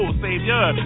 savior